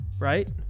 right